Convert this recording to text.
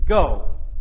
go